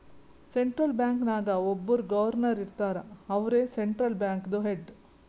central bank ನಾಗ್ ಒಬ್ಬುರ್ governor ಇರ್ತಾರ ಅವ್ರೇ ಸೆಂಟ್ರಲ್ ಬ್ಯಾಂಕ್ದು ಹೆಡ್